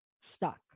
stuck